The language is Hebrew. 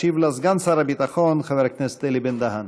ישיב לה סגן שר הביטחון חבר הכנסת אלי בן-דהן.